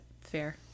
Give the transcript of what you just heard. Fair